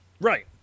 right